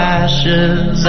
ashes